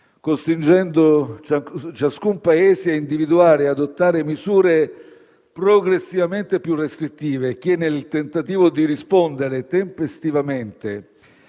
costringendo ciascun Paese a individuare ed adottare misure progressivamente più restrittive, che, nel tentativo di rispondere tempestivamente